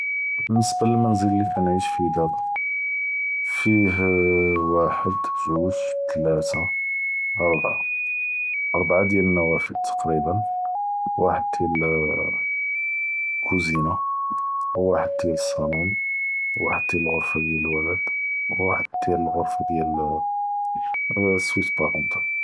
באלניסבה ללמןזל לחנעיש פיה דאבא, פיה וחד זוג תלתה רבעה, רבעה דיאל אלאנوافז תכריבא וחד דיאל אלקוזינה, וחד דיאל אלסאלון, וחד דיאל אלח’רפה לולד, ו וחד דיאל אלח’רפה דיאל אה סוויט ברונטאל.